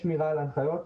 יש שמירה על ההנחיות,